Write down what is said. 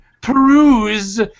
peruse